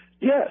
Yes